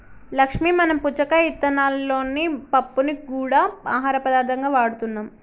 లక్ష్మీ మనం పుచ్చకాయ ఇత్తనాలలోని పప్పుని గూడా ఆహార పదార్థంగా వాడుతున్నాం